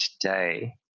today